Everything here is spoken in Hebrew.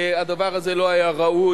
הדבר הזה לא היה ראוי,